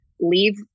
leave